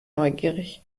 neugierig